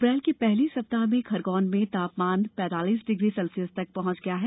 अप्रैल के पहले सप्ताह में खरगौन में तापमान पैतालीस डिग्री सेल्सियस तक पहंच गया है